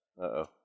Uh-oh